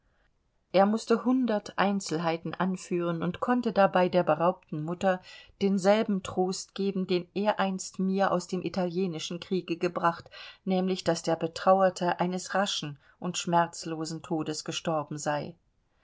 er mußte hundert einzelheiten anführen und konnte dabei der beraubten mutter denselben trost geben den er einst mir aus dem italienischen kriege gebracht nämlich daß der betrauerte eines raschen und schmerzlosen todes gestorben sei